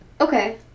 Okay